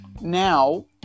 Now